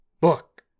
book